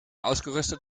ausgerüstet